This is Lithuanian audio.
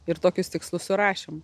ir tokius tikslus surašėm